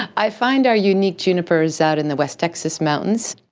i find our unique junipers out in the west texas mountains.